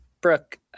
Brooke